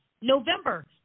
November